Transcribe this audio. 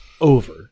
over